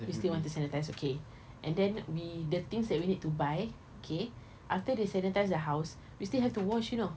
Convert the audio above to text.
you still want to sanitise okay and then we the things that we need to buy okay after they sanitise the house we still have to wash you know